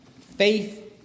Faith